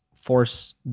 force